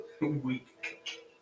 Weak